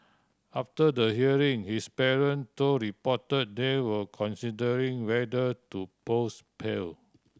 after the hearing his parent told reporter they were considering whether to post pail